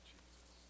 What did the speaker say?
Jesus